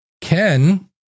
Ken